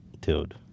dude